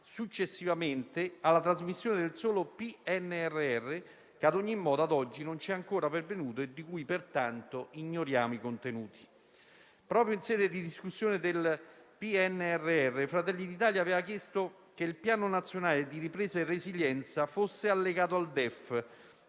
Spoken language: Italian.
successivamente, alla trasmissione del solo PNRR, che, ad ogni modo, ad oggi non è ancora pervenuto e di cui, pertanto, ignoriamo i contenuti. Proprio in sede di discussione del PNRR, Fratelli d'Italia aveva chiesto che quest'ultimo fosse allegato al DEF.